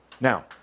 Now